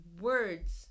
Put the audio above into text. words